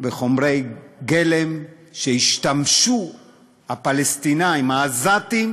בחומרי גלם שבהם השתמשו הפלסטינים העזתים